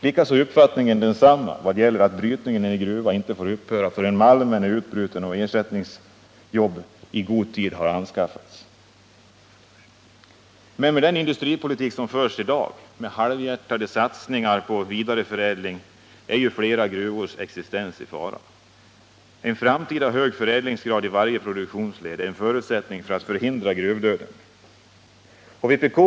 Och uppfattningen är densamma vad gäller att brytningen i en gruva inte får upphöra förrän malmen är utbruten och ersättningsjobb i god tid har anskaffats. Men med den industripolitik som i dag förs, med halvhjärtade satsningar på vidareförädling, är ju flera gruvors existens i fara. En framtida hög förädlingsgrad i varje produktionsled är en förutsättning för att man skall kunna förhindra gruvdöden.